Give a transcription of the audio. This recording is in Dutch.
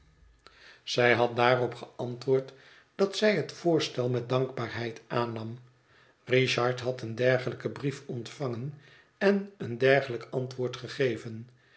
zij had daarop geantwoord dat zij het voorstel met dankbaarheid aannam richard had een dergelijken brief ontvangen en een dergelijk antwoord gegeven